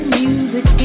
music